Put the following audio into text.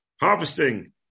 harvesting